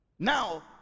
Now